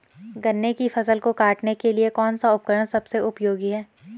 गन्ने की फसल को काटने के लिए कौन सा उपकरण सबसे उपयोगी है?